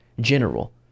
general